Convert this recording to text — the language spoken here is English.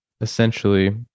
Essentially